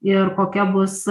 ir kokia bus